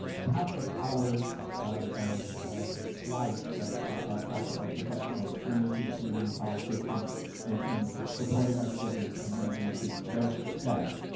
countless hours of life that our our classified professionals bring to the community college system in in supporting our students and rendering their success.